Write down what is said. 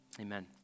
Amen